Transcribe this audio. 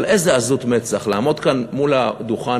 אבל איזו עזות מצח לעמוד כאן על הדוכן,